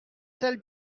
seul